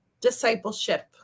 discipleship